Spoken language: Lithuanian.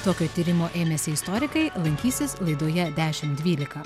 tokio tyrimo ėmęsi istorikai lankysis laidoje dešimt dvylika